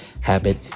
habit